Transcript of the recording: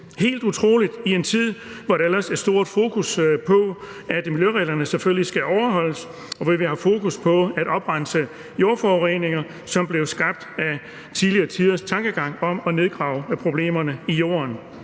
helt utroligt i en tid, hvor der ellers er stor fokus på, at miljøreglerne selvfølgelig skal overholdes, og hvor vi har fokus på at oprense jordforureninger, der blev skabt på grund af tidligere tiders tankegang om at grave forureningerne ned i jorden.